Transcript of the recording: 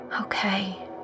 Okay